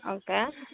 okay